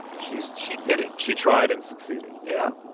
she she did it she tried and succeeded yeah.